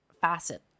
facet